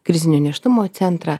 krizinio nėštumo centrą